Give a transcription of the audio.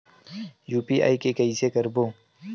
UPI के कइसे करबो?